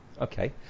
Okay